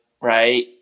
right